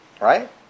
Right